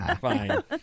Fine